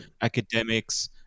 academics